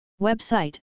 Website